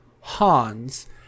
Hans